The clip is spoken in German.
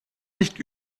nicht